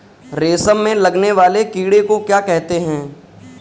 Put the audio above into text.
रेशम में लगने वाले कीड़े को क्या कहते हैं?